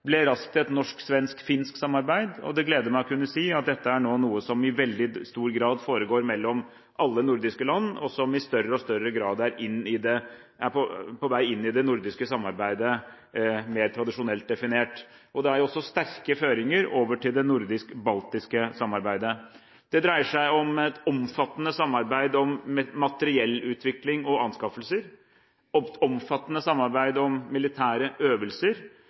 ble raskt et norsk-svensk-finsk samarbeid. Det gleder meg å kunne si at dette nå er noe som i veldig stor grad foregår mellom alle nordiske land, og som i større og større grad er på vei inn i det nordiske samarbeidet, mer tradisjonelt definert. Det er også sterke føringer over til det nordisk-baltiske samarbeidet. Det dreier seg om et omfattende samarbeid om materiellutvikling og anskaffelser, et omfattende samarbeid om militære øvelser